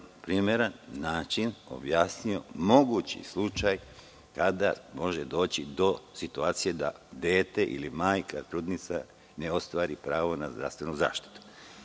primeran način objasnio mogući slučaj kada može doći do situacije da dete ili majka trudnica ne ostvari pravo na zdravstvenu zaštitu.